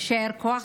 יישר כוח.